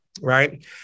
Right